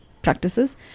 Practices